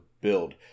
build